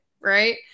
right